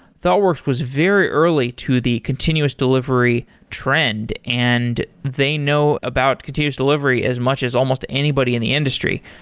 thoughtworks was very early to the continuous delivery trend and they know about continues delivery as much as almost anybody in the industry.